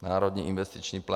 Národní investiční plán.